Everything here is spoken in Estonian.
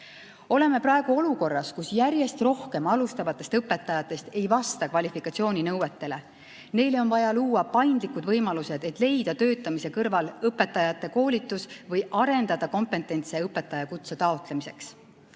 Oleme praegu olukorras, kus järjest rohkem alustavatest õpetajatest ei vasta kvalifikatsiooninõuetele. Neile on vaja luua paindlikud võimalused, et leida töötamise kõrval õpetajate koolitus[võimalus] või arendada kompetentsi õpetajakutse taotlemiseks.